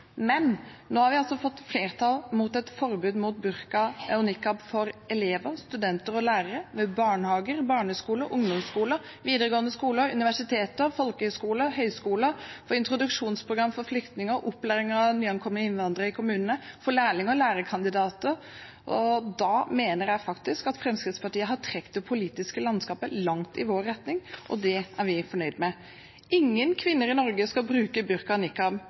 Nå har vi altså fått flertall for et forbud mot burka og nikab for elever, studenter og lærere ved barnehager, barneskoler, ungdomsskoler, videregående skoler, universiteter, folkehøyskoler, høyskoler og introduksjonsprogram for flyktninger, ved opplæring av nyankomne innvandrere i kommunene og for lærlinger og lærekandidater. Da mener jeg faktisk at Fremskrittspartiet har trukket det politiske landskapet langt i vår retning, og det er vi fornøyd med. Ingen kvinner i Norge skal bruke burka og nikab.